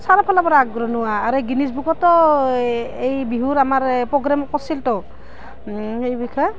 চাৰিওফালৰ পৰা আগৰণুৱা আৰু গ্ৰীণিজ বুকতো এই বিহুৰ আমাৰ প্ৰ'গ্ৰেম কৰিছিলতো এই বিষয়ে